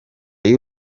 y’u